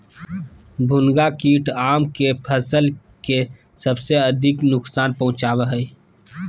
भुनगा कीट आम के फसल के सबसे अधिक नुकसान पहुंचावा हइ